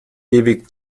ewig